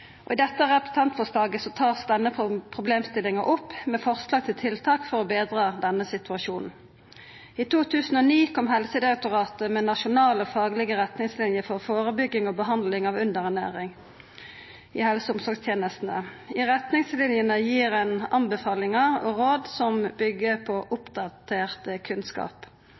underernærte. I dette representantforslaget vert denne problemstillinga tatt opp, med forslag til tiltak for å betra denne situasjonen. I 2010 kom Helsedirektoratet med nasjonale faglege retningslinjer for førebygging og behandling av underernæring i helse- og omsorgstenestene. I retningslinjene gir ein anbefalingar og råd som byggjer på oppdatert kunnskap.